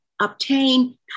obtain